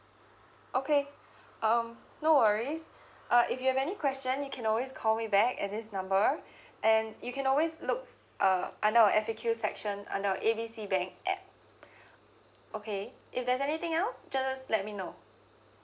okay um no worries uh if you have any question you can always call me back at this number and you can always looks uh under our F_A_Q section under our A B C bank yup okay if there's anything else just let me know